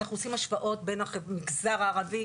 אנחנו עושים השוואות בין המגזר הערבי,